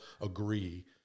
agree